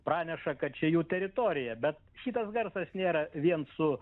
praneša kad čia jų teritorija bet šitas garsas nėra vien su